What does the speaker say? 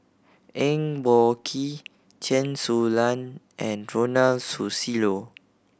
Eng Boh Kee Chen Su Lan and Ronald Susilo